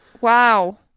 wow